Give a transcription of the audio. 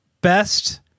Best